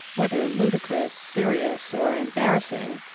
whether ludicrous, serious, or embarrassing,